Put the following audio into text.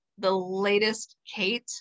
thelatestkate